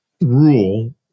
rule